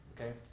okay